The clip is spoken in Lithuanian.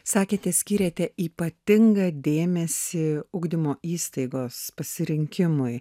sakėte skyrėte ypatingą dėmesį ugdymo įstaigos pasirinkimui